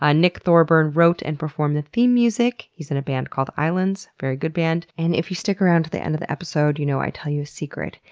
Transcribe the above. ah nick thorburn wrote and performed the theme music. he's in a band called islands, a very good band. and if you stick around to the end of the episode, you know i tell you a secret,